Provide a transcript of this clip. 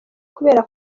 kubera